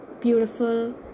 beautiful